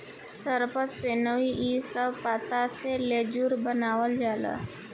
सरपत, सनई इ सब पत्ता से लेजुर बनावाल जाला